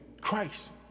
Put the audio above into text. Christ